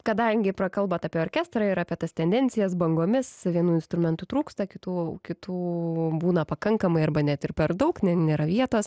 kadangi prakalbot apie orkestrą ir apie tas tendencijas bangomis vienų instrumentų trūksta kitų kitų būna pakankamai arba net ir per daug ne nėra vietos